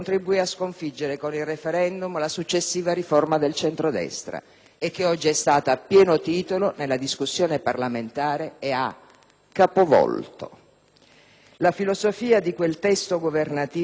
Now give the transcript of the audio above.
e che oggi è stata a pieno titolo nella discussione parlamentare ed ha capovolto la filosofia di quel testo governativo sul federalismo che partiva da un impianto egoisticamente